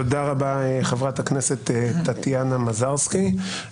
תודה רבה חברת הכנסת טטיאנה מזרסקי.